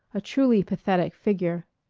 a truly pathetic figure.